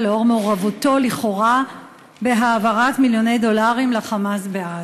לאור מעורבותו לכאורה בהעברת מיליוני דולרים ל"חמאס" בעזה.